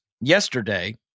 yesterday